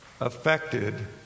affected